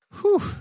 Whew